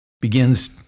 begins